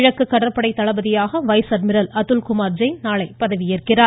கிழக்கு கடற்படை தளபதியாக வைஸ் அட்மிரல் அதுல்குமார் ஜெயின் நாளை பதவியேற்கிறார்